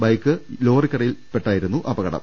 bike ലോറിക്കടിയിൽപെട്ടായിരുന്നു അപകടം